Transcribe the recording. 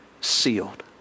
sealed